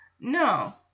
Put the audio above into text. No